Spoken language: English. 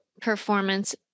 performance